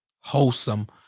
Wholesome